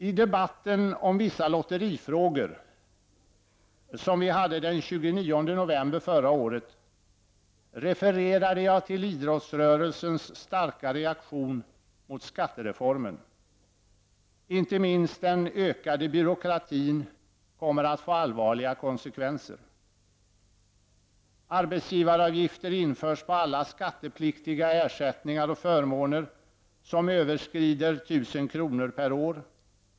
I den debatt om vissa lotterifrågor som vi hade den 29 november förra året refererade jag till idrottsrörelsens starka reaktion mot skattereformen. Inte minst den ökade byråkratin kommer att få allvarliga konsekvenser. Jag skall här ge några exempel. Arbetsgivaravgifter införs på alla skattepliktiga ersättningar och förmåner som överskrider 1 000 kr. per år.